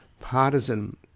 partisan